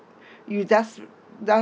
you just just